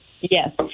Yes